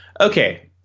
Okay